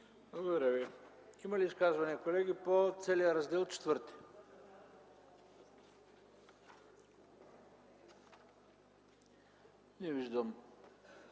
Благодаря Ви. Има ли изказвания, колеги, по целия Раздел ІV? Не виждам